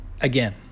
again